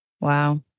wow